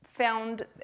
found